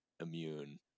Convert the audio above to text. immune